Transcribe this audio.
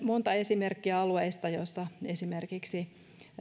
monta esimerkkiä alueista joissa esimerkiksi